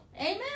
Amen